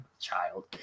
child